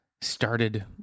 started